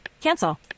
Cancel